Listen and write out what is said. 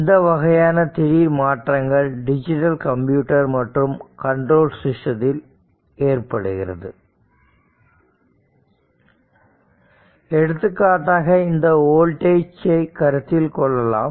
இந்த வகையான திடீர் மாற்றங்கள் டிஜிட்டல் கம்ப்யூட்டர் மற்றும் கண்ட்ரோல் சிஸ்டத்தில் ஏற்படுகிறது எடுத்துக்காட்டாக இந்த வோல்டேஜ் கருத்தில் கொள்ளலாம்